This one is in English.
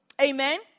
Amen